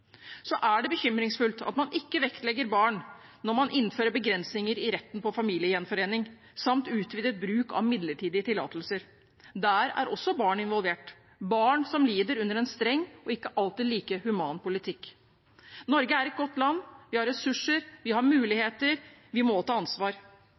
er bekymringsfullt at man ikke vektlegger barn når man innfører begrensninger i retten til familiegjenforening samt utvidet bruk av midlertidige tillatelser. Der er også barn involvert, barn som lider under en streng og ikke alltid like human politikk. Norge er et godt land. Vi har ressurser, og vi har